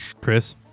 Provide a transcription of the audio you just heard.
Chris